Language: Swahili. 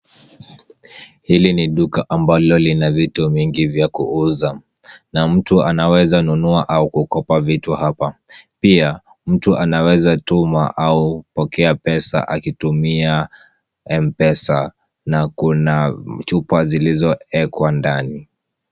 Hili ni duka ambalo lina vitu mingi vya kuuza. Na mtu anaweza nunua au kukopa vitu hapa. Pia, mtu anaweza tuma au kupokea pesa akitumia M-Pesa na kuna chupa zilizoekwa ndani.